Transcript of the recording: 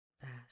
fast